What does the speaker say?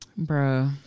Bro